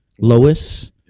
Lois